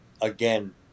again